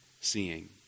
seeing